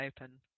open